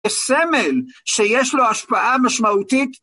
סמל שיש לו השפעה משמעותית.